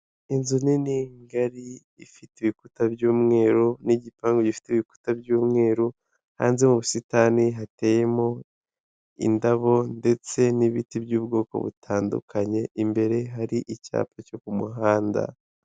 Inzu nini ngari ifite ibikuta by'umweru n'igipangu gifite ibikuta by'umweru, hanze y'ubusitani hateyemo indabo ndetse n'ibiti by'ubwoko butandukanye, imbere hari icyapa cyo ku muhanda.